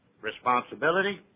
responsibility